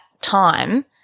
time